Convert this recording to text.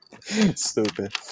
Stupid